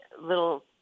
little